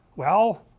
well,